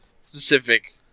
specific